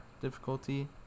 difficulty